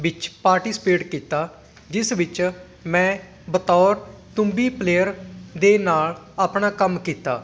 ਵਿੱਚ ਪਾਰਟੀਸੀਪੇਟ ਕੀਤਾ ਜਿਸ ਵਿੱਚ ਮੈਂ ਬਤੌੌਰ ਤੂੰਬੀ ਪਲੇਅਰ ਦੇ ਨਾਲ ਆਪਣਾ ਕੰਮ ਕੀਤਾ